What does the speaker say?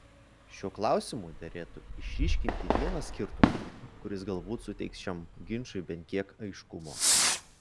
šiuo klausimu derėtų išryškinti vieną skirtumą kuris galbūt suteiks šiam ginčui bent kiek aiškumo